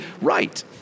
right